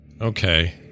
Okay